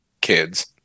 kids